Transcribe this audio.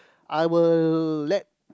I will let